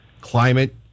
climate